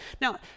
Now